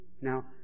Now